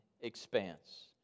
expanse